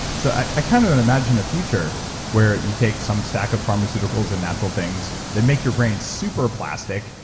so i kind of imagine a future where you take some stack of pharmaceuticals and natural things that make your brain super plastic,